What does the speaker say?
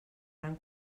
gran